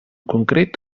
concret